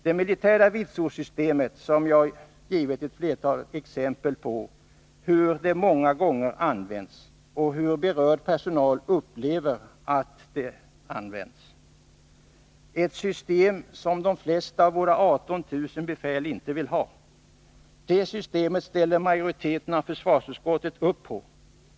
Jag har här givit ett flertal exempel på hur det militära vitsordssystemet många gånger har använts och hur berörd personal upplever att det används. Det är ett system som de flesta av våra 18 000 befäl inte vill ha. Det systemet ställer majoriteten av försvarsutskottet upp på.